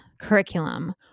curriculum